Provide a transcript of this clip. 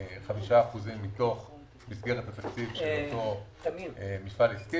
5% ממסגרת התקציב של אותו מפעל עסקי.